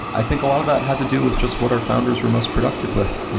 i think a lot of that had to do with just what our founders were most productive with.